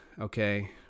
Okay